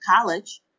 college